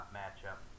matchup